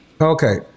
Okay